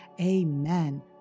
Amen